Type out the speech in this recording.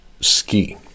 ski